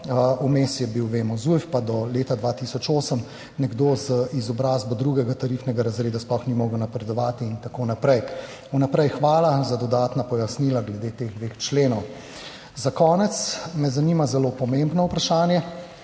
Vmes je bil, vemo, Zujf, pa do leta 2008 nekdo z izobrazbo drugega tarifnega razreda sploh ni mogel napredovati in tako naprej. Vnaprej hvala za dodatna pojasnila glede teh dveh členov. Za konec me zanima zelo pomembno vprašanje.